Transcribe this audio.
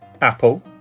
Apple